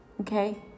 Okay